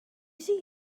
see